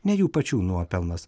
ne jų pačių nuopelnas